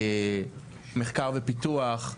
מחקר ופיתוח,